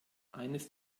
eines